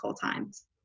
Times